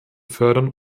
fördern